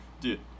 dude